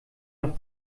noch